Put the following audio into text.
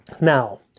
Now